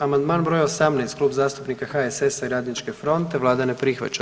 Amandman br. 18, Klub zastupnika HSS-a i Radničke fronte, Vlada ne prihvaća.